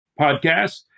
podcast